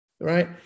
Right